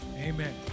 Amen